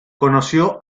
conoció